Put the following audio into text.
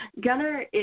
Gunner